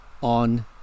on